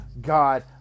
God